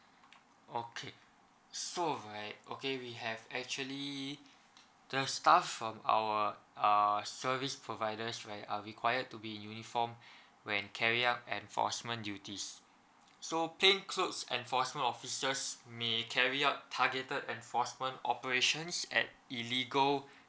okay so right okay we have actually the staff from our uh service providers right are required to be in uniform when carrying out enforcement duties so clothes enforcement officers may carry out targeted enforcement operations at illegal